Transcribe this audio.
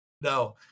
No